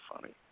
funny